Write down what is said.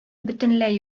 бөтенләй